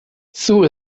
sue